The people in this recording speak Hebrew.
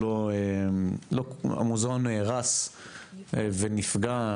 למוזיאון והמוזיאון נהרס ונפגע,